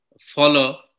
follow